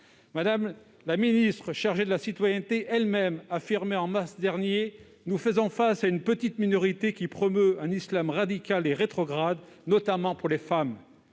Mme la ministre déléguée chargée de la citoyenneté affirmait quant à elle en mars dernier :« Nous faisons face à une petite minorité qui promeut un islam radical et rétrograde, notamment pour les femmes.